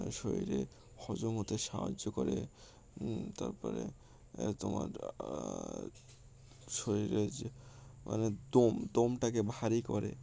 শরীরে হজম হতে সাহায্য করে তারপরে তোমার শরীরের যে মানে দম দমটাকে ভারী করে